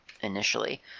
initially